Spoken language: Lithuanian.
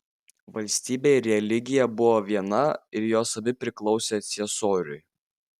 valstybė ir religija buvo viena ir jos abi priklausė ciesoriui